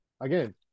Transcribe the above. Again